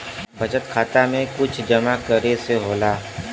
बचत खाता मे कुछ जमा करे से होला?